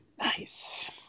nice